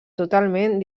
totalment